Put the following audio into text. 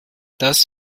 das